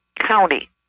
county